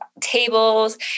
tables